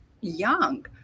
young